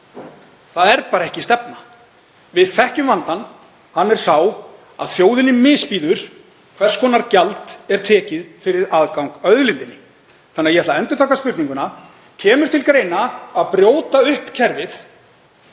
Það er bara ekki stefna. Við þekkjum vandann. Hann er sá að þjóðinni misbýður hvers konar gjald er tekið fyrir aðgang að auðlindinni. Ég ætla að endurtaka spurninguna: Kemur til greina að brjóta upp kerfið?